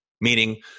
Meaning